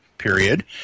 Period